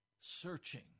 searching